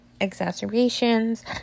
exacerbations